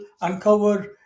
uncover